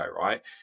right